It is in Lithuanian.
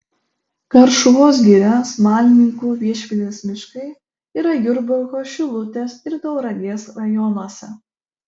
karšuvos giria smalininkų viešvilės miškai yra jurbarko šilutės ir tauragės rajonuose